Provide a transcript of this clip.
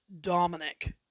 Dominic